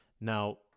Now